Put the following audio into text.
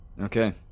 Okay